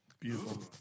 Beautiful